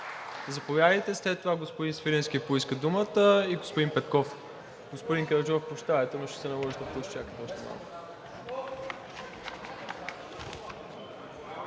заповядайте, след това господин Свиленски поиска думата и господин Петков. Господин Караджов, прощавайте, но ще се наложи да поизчакате още малко.